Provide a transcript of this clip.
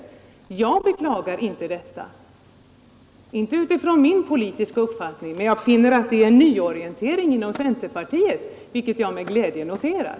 Jag beklagar inte detta utifrån min politiska uppfattning, men jag finner att det är en nyorientering inom centerpartiet, vilket jag med glädje noterar.